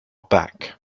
back